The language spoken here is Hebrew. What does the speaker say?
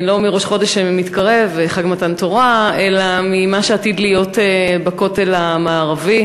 לא מראש חודש שמתקרב וחג מתן תורה אלא ממה שעתיד להיות בכותל המערבי.